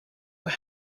were